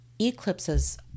eclipses